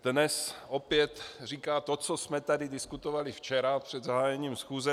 Dnes opět říká to, co jsme tady diskutovali včera před zahájením schůze.